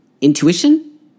intuition